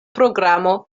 programo